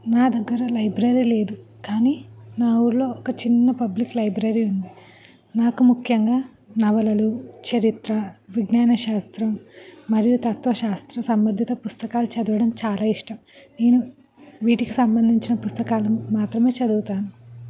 నా దగ్గర లైబ్రరీ లేదు కానీ నా ఊర్లో ఒక చిన్న పబ్లిక్ లైబ్రరీ ఉంది నాకు ముఖ్యంగా నవలలు చరిత్ర విజ్ఞానశాస్త్రం మరియు తత్వ శాస్త్ర సంబంధిత పుస్తకాలు చదవడం చాలా ఇష్టం నేను వీటికి సంబంధించిన పుస్తకాల మాత్రమే చదువుతాను